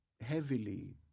heavily